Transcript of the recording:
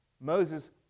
Moses